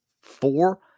four